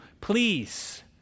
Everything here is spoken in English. Please